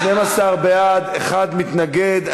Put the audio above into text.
כבוד היושב-ראש, 12 בעד, אחד מתנגד.